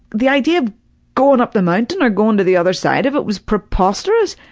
the idea of going up the mountain or going to the other side of it was preposterous.